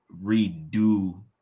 redo